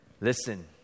listen